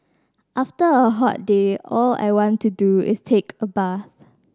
after a hot day all I want to do is take a bath